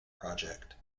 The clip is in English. project